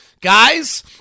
guys